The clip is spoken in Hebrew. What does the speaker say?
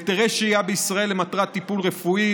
היתרי שהייה בישראל למטרת טיפול רפואי,